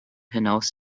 hinaus